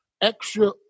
extra